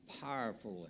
powerfully